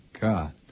God